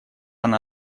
она